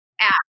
app